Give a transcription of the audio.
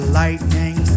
lightning